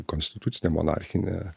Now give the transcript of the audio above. konstitucinė monarchinė